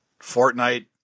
Fortnite